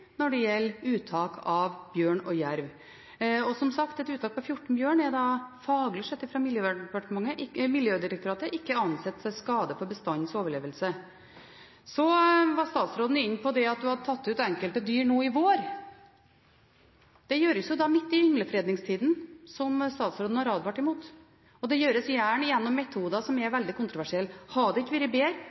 når det gjelder uttak av bjørn og jerv. Som sagt – et uttak på 14 bjørn er av Miljødirektoratet faglig sett ikke ansett som skade på bestandens overlevelse. Så var statsråden inne på at det var tatt ut enkelte dyr nå i vår. Det gjøres jo da midt i ynglingsfredningstida, noe statsråden har advart mot, og det gjøres gjerne med metoder som er veldig kontroversielle. Hadde det ikke vært bedre